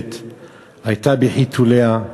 מולדת הייתה בחיתוליה,